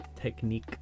technique